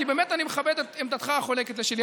כי באמת אני מכבד את עמדתך החולקת על שלי,